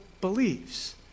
believes